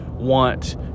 want